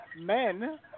men